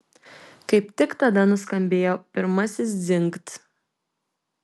kaip tik tada nuskambėjo pirmasis dzingt